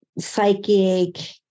psychic